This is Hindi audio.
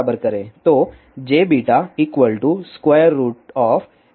तोयह jβ के बराबर करें